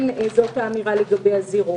זאת האמירה לגבי הזירות.